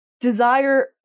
desire